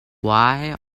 why